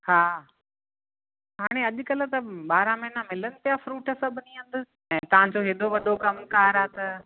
हा हाणे अॼकल्ह त ॿारहं महीना मिलनि पिया फ़्रूट सभिनी हंधि ऐं तव्हांजो एॾो वॾो कमकार आहे त